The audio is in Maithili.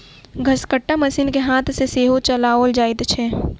घसकट्टा मशीन के हाथ सॅ सेहो चलाओल जाइत छै